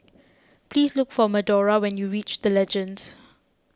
please look for Medora when you reach the Legends